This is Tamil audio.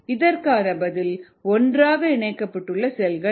இதற்கான பதில் ஒன்றாக இணைக்கப்பட்டுள்ள செல்கள் ஆகும்